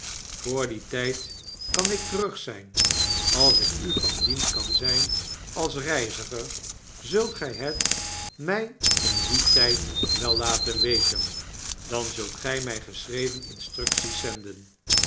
vr dien tyd kan ik terug zyn als ik u van dienst kan zyn als reiziger zult gy het mij in dien tgd wel laten weten dan zult gy my geschreven instructies zenden